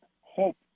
hope